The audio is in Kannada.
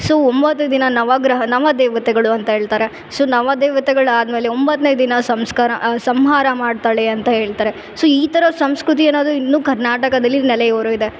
ಸೊ ಒಂಬತ್ತು ದಿನ ನವಗ್ರಹ ನವದೇವತೆಗಳು ಅಂತ ಹೇಳ್ತಾರೆ ಸೊ ನವ ದೇವತೆಗಳು ಆದಮೇಲೆ ಒಂಬತ್ತನೇ ದಿನ ಸಂಸ್ಕಾರ ಸಂಹಾರ ಮಾಡ್ತಾಳೆ ಅಂತ ಹೇಳ್ತಾರೆ ಸೊ ಈ ಥರದ ಸಂಸ್ಕೃತಿಯೆನಾದ್ರು ಇನ್ನು ಕರ್ನಾಟಕದಲ್ಲಿ ನೆಲೆಯೂರಿದೆ